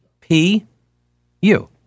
P-U